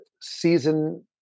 season